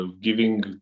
giving